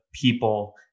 people